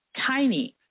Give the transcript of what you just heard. tiny